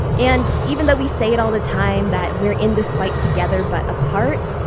and even though we say it all the time that we're in this fight together but apart,